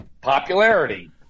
popularity